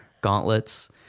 gauntlets